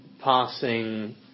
passing